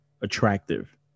attractive